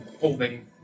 holding